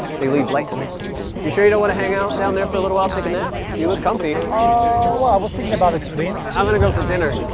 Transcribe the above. they leave light streaks. are you sure you don't wanna hang out down there for a little while, take a nap? you look comfy. ah well i was thinking about a swim. i'm gonna go for dinner,